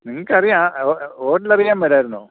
നിങ്ങൾക്ക് അറിയാ അറിയാൻ മേലായിരുന്നോ